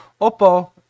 Oppo